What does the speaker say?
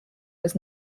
was